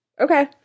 Okay